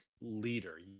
leader